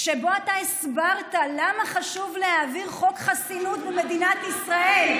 שבו הסברת למה חשוב להעביר חוק חסינות במדינת ישראל,